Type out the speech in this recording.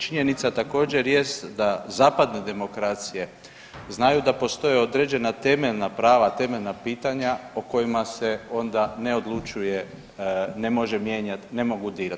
Činjenica također jest da zapadne demokracije znaju da postoje određena temeljna prava, temeljna pitanja o kojima se onda ne odlučuje, ne mogu mijenjat, ne mogu dirat.